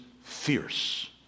fierce